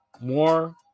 more